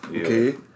okay